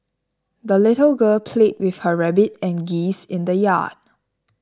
the little girl played with her rabbit and geese in the yard